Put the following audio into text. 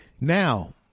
Now